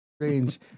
strange